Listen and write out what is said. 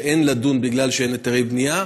שאין לדון מפני שאין היתרי בנייה,